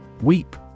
Weep